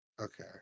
Okay